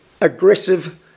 aggressive